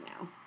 now